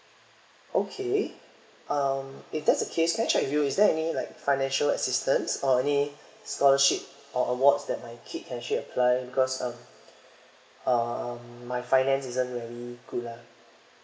okay uh if that's the case can I check with you is there any like financial assistance or any scholarship or awards that my kid can actually apply because um um my finance isn't really good lah